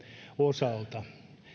osalta